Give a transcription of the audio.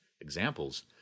examples